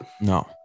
No